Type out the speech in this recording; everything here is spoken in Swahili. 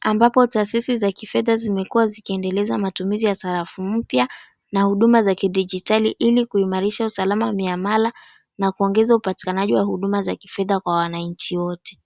ambapo taasisi za kifedha zimekuwa zikiendeleza matumizi ya sarafu mpya na huduma za kidijitali ili kuimarisha usalama wa miamala na kuongeza upatikanaji wa huduma za kifedha kwa wananchi wote.